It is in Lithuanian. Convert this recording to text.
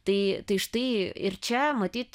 tai tai štai ir čia matyt